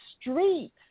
street